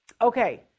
Okay